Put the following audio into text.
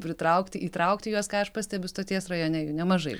pritraukti įtraukti juos ką aš pastebiu stoties rajone jų nemažai